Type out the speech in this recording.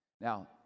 Now